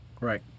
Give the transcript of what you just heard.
right